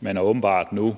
men er nu åbenbart